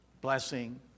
blessing